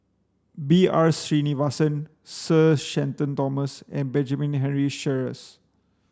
B R Sreenivasan Sir Shenton Thomas and Benjamin Henry Sheares